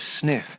sniff